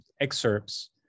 excerpts